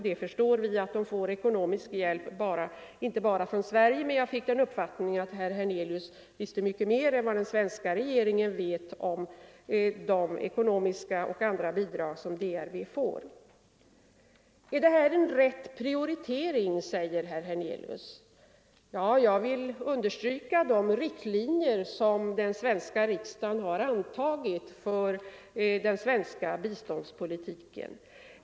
Vi förstår att landet får ekonomisk hjälp inte bara från Sverige, men jag fick den uppfattningen att herr Hernelius vet mycket mer än vad den svenska regeringen vet om de ekonomiska och andra bidrag som DRV får. Är detta en riktig prioritering, frågar herr Hernelius. Jag vill peka på de riktlinjer för den svenska biståndspolitiken som riksdagen har antagit.